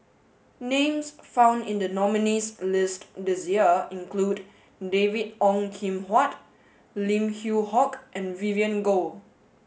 names found in the nominees list this year include David Ong Kim Huat Lim Yew Hock and Vivien Goh